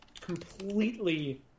completely